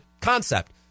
concept